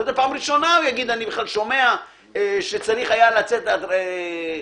פעם ראשונה אני שומע שצריך היה לצאת להדרכות.